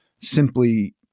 simply